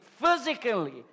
Physically